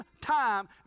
time